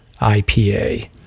IPA